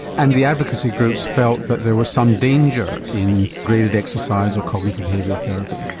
and the advocacy groups felt that there was some danger in graded exercise or cognitive behavioural therapy.